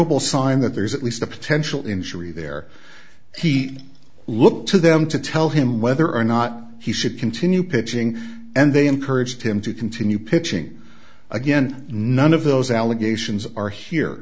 e sign that there's at least a potential injury there he looked to them to tell him whether or not he should continue pitching and they encouraged him to continue pitching again none of those allegations are here